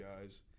guys